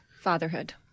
fatherhood